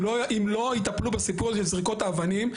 אם לא יטפלו בסיפור של זריקות אבנים,